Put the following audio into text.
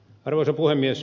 arvoisa puhemies